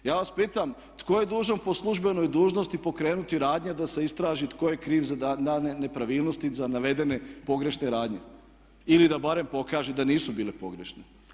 Ja vas pitam tko je dužan po službenoj dužnosti pokrenuti radnje da se istraži tko je kriv za daljnje nepravilnosti, za naveden pogrešne radnje ili da barem pokaže da nisu bile pogrešne.